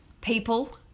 People